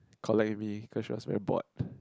collect win cause you are very bored